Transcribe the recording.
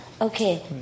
okay